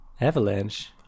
avalanche